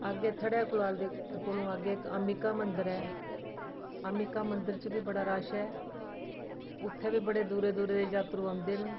अग्गें थड़े कुलाल दे कोलूं अग्गें इक अमिका मंदर ऐ अमिका मंदर च बी बड़ा रश ऐ उत्थै बी बड़े दूरै दूरै दे जात्तरू औंदे न